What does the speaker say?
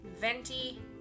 venti